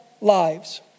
lives